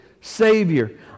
Savior